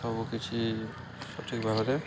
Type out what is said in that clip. ସବୁ କିଛି ସଠିକ୍ ଭାବରେ